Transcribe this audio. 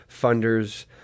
funders